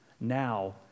Now